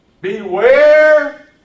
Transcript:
Beware